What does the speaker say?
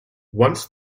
once